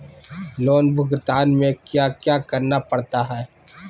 loan भुगतान में क्या क्या करना पड़ता है